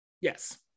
Yes